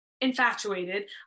infatuated